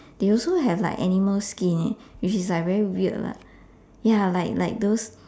they also have like animal skin leh which is like very weird lah ya like like those